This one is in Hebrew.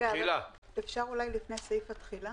רגע, אפשר אולי לפני סעיף התחילה?